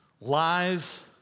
lies